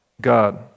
God